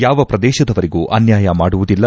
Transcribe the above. ಯಾವ ಪ್ರದೇಶದವರಿಗೂ ಅನ್ಯಾಯ ಮಾಡುವುದಿಲ್ಲ